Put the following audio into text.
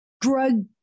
drug